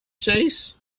chase